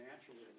naturally